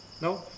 No